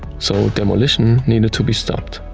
so, demolition needed to be stopped.